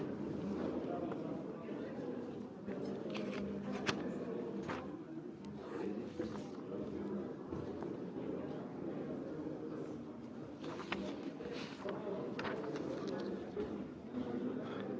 ли по този параграф? Господин Йорданов, заповядайте.